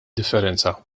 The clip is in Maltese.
differenza